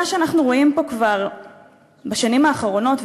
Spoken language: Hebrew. מה שאנחנו רואים פה בשנים האחרונות,